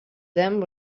them